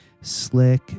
slick